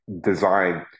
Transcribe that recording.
design